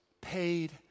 paid